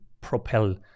propel